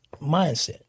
mindset